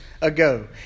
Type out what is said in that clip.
ago